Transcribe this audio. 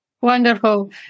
Wonderful